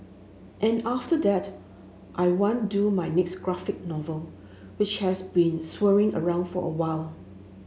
and after that I want do my next graphic novel which has been swirling around for a while